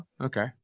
Okay